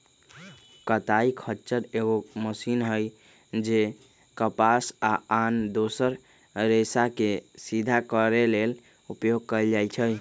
कताइ खच्चर एगो मशीन हइ जे कपास आ आन दोसर रेशाके सिधा करे लेल उपयोग कएल जाइछइ